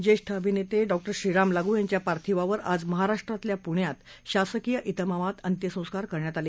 ज्येष्ठ अभिनेते डॉक्टर श्रीराम लागू यांच्या पार्थिवावर आज महाराष्ट्रातल्या पुण्यात शासकीय तेमामात अंत्यसंस्कार करण्यात आले